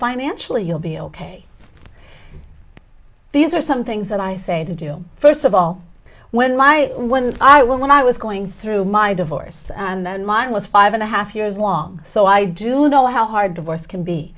financially you'll be ok these are some things that i say to do first of all when my when i will when i was going through my divorce and then mine was five and a half years long so i do know how hard divorce can be